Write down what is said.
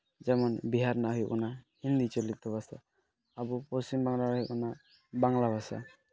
ᱡᱮᱢᱚᱱ ᱵᱤᱦᱟᱨ ᱨᱮᱱᱟᱜ ᱦᱩᱭᱩᱜ ᱠᱟᱱᱟ ᱦᱤᱱᱫᱤ ᱪᱚᱞᱤᱛᱚ ᱵᱷᱟᱥᱟ ᱟᱵᱚ ᱯᱚᱥᱪᱤᱢ ᱵᱟᱝᱞᱟ ᱨᱮ ᱦᱩᱭᱩᱜ ᱠᱟᱱᱟ ᱵᱟᱝᱞᱟ ᱵᱷᱟᱥᱟ